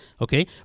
okay